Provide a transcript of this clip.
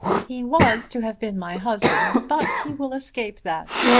he was to have been my husband, but he will escape that.